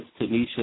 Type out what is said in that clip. Tanisha